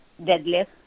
deadlift